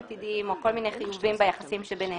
עתידיים או כל מיני חיובים ביחסים שביניהם,